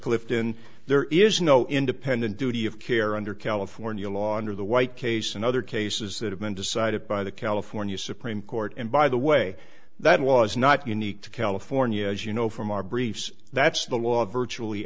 clifton there is no independent duty of care under california law under the white case and other cases that have been decided by the california supreme court and by the way that was not unique to california as you know from our briefs that's the law of virtually